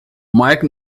mike